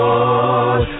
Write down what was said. Lord